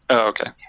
okay.